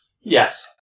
Yes